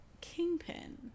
kingpin